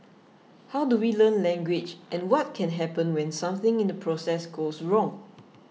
how do we learn language and what can happen when something in the process goes wrong